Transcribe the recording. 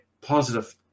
positive